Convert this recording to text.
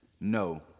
No